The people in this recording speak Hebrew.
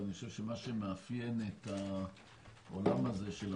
ואני חושב שמה שמאפיין את עולם המדע